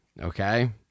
okay